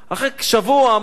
אחרי שבוע אמר: